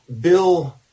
Bill